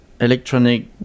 electronic